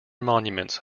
monuments